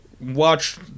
watch